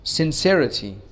sincerity